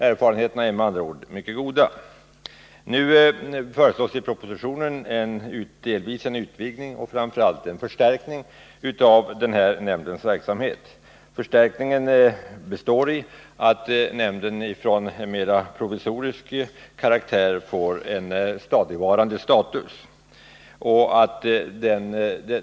Erfarenheterna är med andra ord mycket goda. Nu föreslås i propositionen delvis en utvidgning men framför allt en förstärkning av nämndens verksamhet. Förstärkningen består i att nämnden från att ha varit av mer provisorisk karaktär får status som stadigvarande.